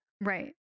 Right